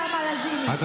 נעמה לזימי,